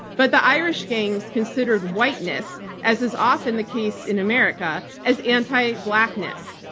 but the irish gangs considered whiteness, as as often the case in america, as anti-blackness.